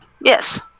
Yes